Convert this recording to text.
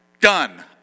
Done